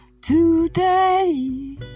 Today